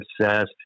obsessed